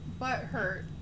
butthurt